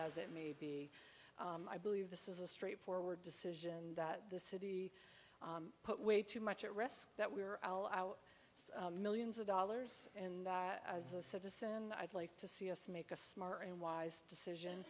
as it may be i believe this is a straightforward decision that the city put way too much at risk that we are all out millions of dollars and as a citizen i'd like to see us make a smart and wise decision